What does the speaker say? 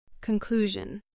Conclusion